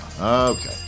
Okay